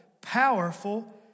powerful